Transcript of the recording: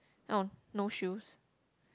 no no shoes